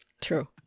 True